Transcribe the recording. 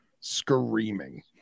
Screaming